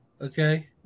Okay